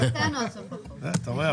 אתה רואה?